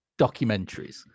documentaries